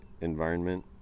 environment